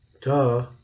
duh